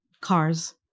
Cars